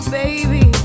baby